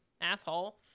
asshole